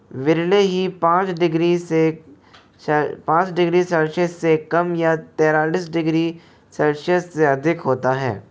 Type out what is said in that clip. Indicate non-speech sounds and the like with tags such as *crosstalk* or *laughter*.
*unintelligible* ही पाँच डिग्री से पाँच डिग्री सेल्सिअस से कम या तेरालिस डिग्री सेल्सिअस से अधिक होता है